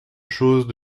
choses